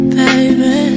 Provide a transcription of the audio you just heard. baby